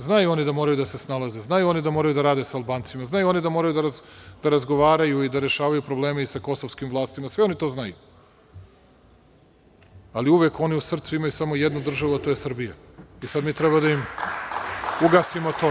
Znaju oni da moraju da se snalaze, znaju oni da moraju da rade sa Albancima, znaju oni da moraju da razgovaraju i da rešavaju probleme i sa kosovskim vlastima, sve oni to znaju, ali uvek u srcu oni imaju samo jednu državu, a to je Srbija i sada mi treba da im ugasimo to.